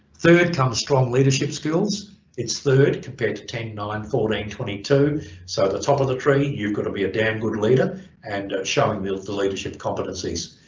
third comes strong leadership skills its third compared to ten, nine, fourteen, twenty two so the top of the tree you've got to be a damn good leader and showing the leadership competencies.